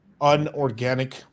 unorganic